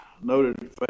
noted